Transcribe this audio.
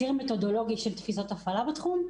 ציר מתודולוגי של תפיסות הפעלה בתחום.